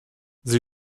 sie